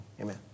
amen